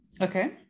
Okay